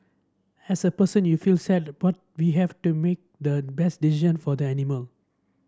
as a person you feel sad but we have to make the best decision for the animal